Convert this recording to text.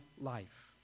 life